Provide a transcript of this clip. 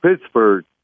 Pittsburgh